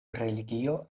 religio